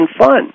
fun